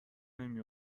نمی